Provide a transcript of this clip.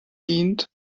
dient